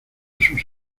sus